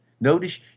Notice